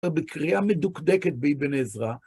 ובקריאה מדוקדקת באבן עזרא.